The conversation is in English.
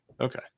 Okay